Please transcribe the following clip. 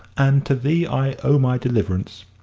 and to thee i owe my deliverance.